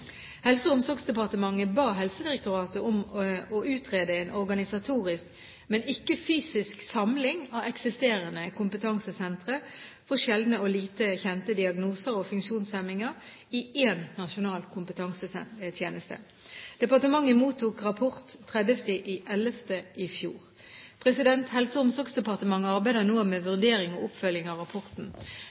Helse- og omsorgsdepartementet ba Helsedirektoratet om å utrede en organisatorisk, men ikke fysisk samling av eksisterende kompetansesentre for sjeldne og lite kjente diagnoser og funksjonshemninger i én nasjonal kompetansetjeneste. Departementet mottok rapport 30. november i fjor. Helse- og omsorgsdepartementet arbeider nå med vurdering og oppfølging av rapporten.